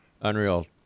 Unreal